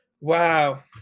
Wow